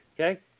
okay